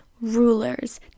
rulers